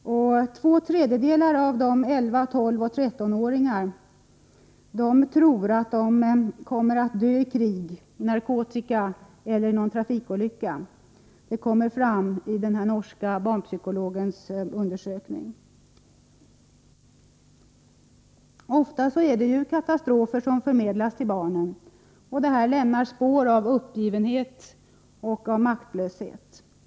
Två tredjedelar av antalet 11-, 12 och 13-åringar tror att de kommer att dö i krig, av narkotika eller i någon trafikolycka, enligt vad som kommer fram i den norska barnpsykologens undersökning. Ofta är det ju katastrofer som förmedlas till barnen, och detta lämnar spår av uppgivenhet och maktlöshet.